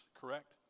correct